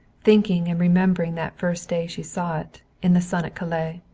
thinking and remembering that first day she saw it, in the sun at calais.